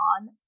on